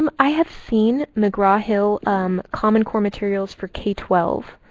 um i have seen mcgraw hill um common core materials for k twelve.